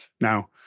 Now